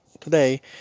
today